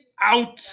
Out